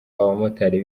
abamotari